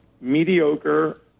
mediocre